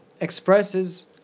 expresses